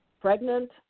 pregnant